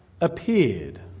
appeared